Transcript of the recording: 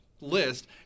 list